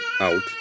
out